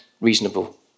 reasonable